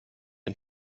ein